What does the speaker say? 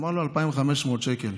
אמר לו: 2,500 שקל.